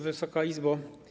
Wysoka Izbo!